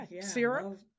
Syrup